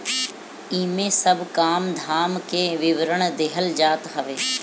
इमे सब काम धाम के विवरण देहल जात हवे